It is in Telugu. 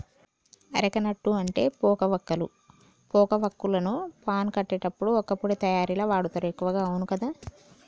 అరెక నట్టు అంటే పోక వక్కలు, పోక వాక్కులను పాను కట్టేటప్పుడు వక్కపొడి తయారీల వాడుతారు ఎక్కువగా అవును కదా